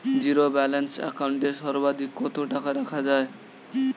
Zero balance account এ সর্বাধিক কত টাকা রাখা য়ায়?